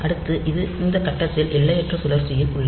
எனவே இது இந்த கட்டத்தில் எல்லையற்ற சுழற்சியில் உள்ளது